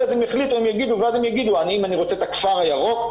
אז הם יחליטו אם אני רוצה את הכפר הירוק,